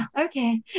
okay